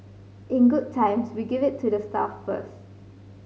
in good times we give it to the staff first